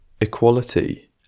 equality